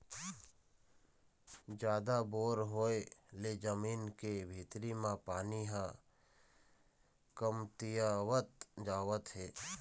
जादा बोर होय ले जमीन के भीतरी म पानी ह कमतियावत जावत हे